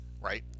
right